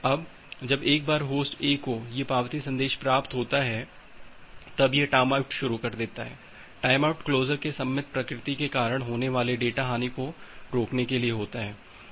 अब जब एक बार होस्ट ए को ये पावती संदेश प्राप्त होता है तब यह टाइमआउट शरू करता है यह टाइमआउट क्लोसर के सममित प्रकृति के कारण होने वाले डेटा हानि को रोकने के लिए होता है